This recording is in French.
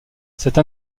cette